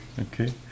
Okay